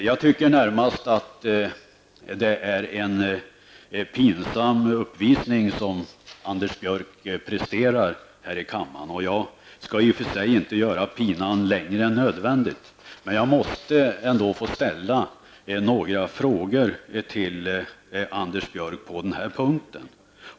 Jag tycker närmast att det är en pinsam uppvisning som Anders Björck presterar här i kammaren. Jag skall i och för sig inte göra pinan längre än növändigt, men jag måste ändå få ställa några frågor till Anders Björck på den här punkten.